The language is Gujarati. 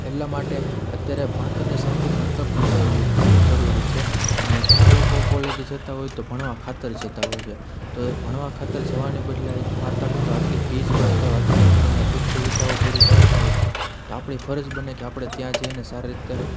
એટલાં માટે અત્યારે ભણતરની સાથે ગણતર પણ જરૂરી છે જરૂરી છે ને ઘણાં લોકો કોલેજે જતાં હોય તો ભણવા ખાતર જતાં હોય છે તો એ ભણવા ખાતર જવાને બદલે માતા પિતા આટલી ફિઝ ભરતાં હોય આટલી આપણને સુખ સુવિધાઓ પૂરી પાડતાં હોય તો આપણી ફરજ બને કે આપણે ત્યાં જઈએ ને સારી રીતે